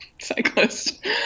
cyclist